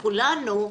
לכולנו,